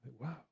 Wow